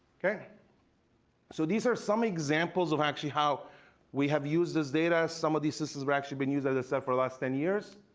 so these are some examples of actually how we have used this data. some of these systems were actually been used as a server last ten years.